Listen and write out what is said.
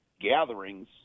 gatherings